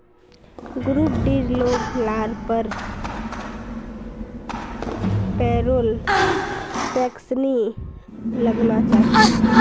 group डीर लोग लार पर पेरोल टैक्स नी लगना चाहि